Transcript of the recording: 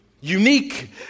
unique